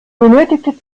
benötigte